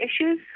issues